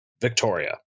Victoria